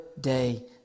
day